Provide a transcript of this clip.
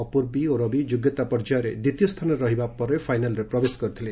ଅପ୍ରର୍ବୀ ଓ ରବି ଯୋଗ୍ୟତା ପର୍ଯ୍ୟାୟରେ ଦ୍ୱିତୀୟ ସ୍ଥାନରେ ରହିବା ପରେ ଫାଇନାଲ୍ରେ ପ୍ରବେଶ କରିଥିଲେ